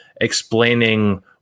explaining